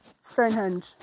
Stonehenge